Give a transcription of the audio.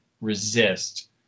resist